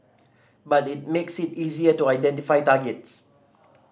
but it makes it easier to identify targets